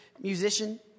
musician